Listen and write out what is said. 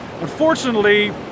unfortunately